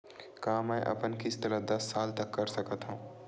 का मैं अपन किस्त ला दस साल तक कर सकत हव?